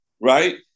right